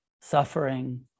suffering